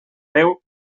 veu